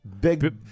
Big